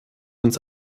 uns